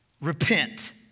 Repent